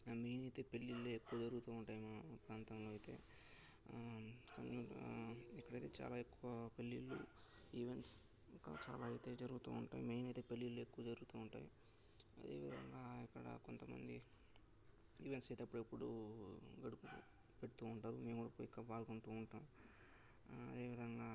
main అయితే పెళ్ళిళ్ళు ఎక్కువ జరుగుతూ ఉంటాయి మా ప్రాంతంలో అయితే ఇక్కడైతే చాలా ఎక్కువ పెళ్ళిళ్ళు ఈవెంట్స్ ఇంకా చాలా ఎక్కువ జరుగుతుంటాయి మెయిన్ అయితే పెళ్ళిళ్ళే ఎక్కువ జరుగుతూ ఉంటాయి అదేవిధంగా ఇక్కడ కొంతమంది ఈవెంట్స్ అయితే అప్పుడప్పుడు గడుపుతూ పెడుతూ ఉంటారు మేము కూడా పోయి పాల్గొంటూ ఉంటాం అదేవిధంగా